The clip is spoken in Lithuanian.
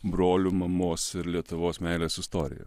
brolių mamos ir lietuvos meilės istorija